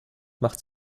machte